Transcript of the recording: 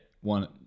one